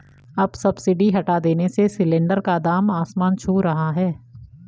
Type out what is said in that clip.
अब सब्सिडी हटा देने से सिलेंडर का दाम आसमान छू रहा है